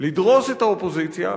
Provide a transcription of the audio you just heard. לדרוס את האופוזיציה,